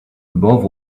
above